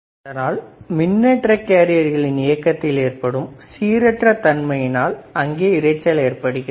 அதனால் மின்னேற்ற கேரியர்களின் இயக்கத்தில் ஏற்படும் சீரற்ற தன்மையினால் அங்கே இரைச்சல் ஏற்படுகிறது